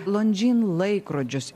londžin laikrodžius